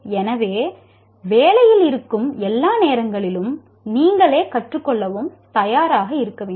எனவே வேலையில் இருக்கும் எல்லா நேரங்களிலும் நீங்களே கற்றுக்கொள்ளவும் தயாராக இருக்க வேண்டும்